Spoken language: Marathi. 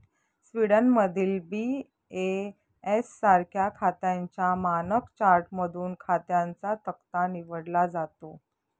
स्वीडनमधील बी.ए.एस सारख्या खात्यांच्या मानक चार्टमधून खात्यांचा तक्ता निवडला जातो